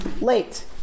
late